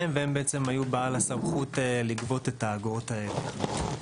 והם היו בעלי הסמכות לגבות את האגרות האלה.